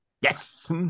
Yes